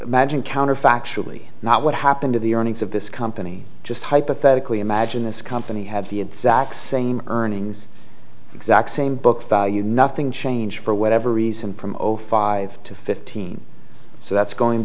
magic counter factually not what happened to the earnings of this company just hypothetically imagine this company had the exact same earnings exact same book value nothing changed for whatever reason promote five to fifteen so that's going